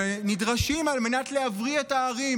שנדרשים על מנת להבריא את הערים.